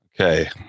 Okay